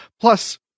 Plus